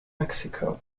mexico